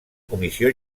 comissió